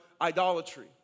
idolatry